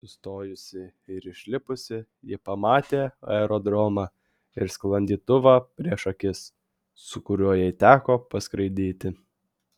sustojusi ir išlipusi ji pamatė aerodromą ir sklandytuvą prieš akis su kuriuo jai teko paskraidyti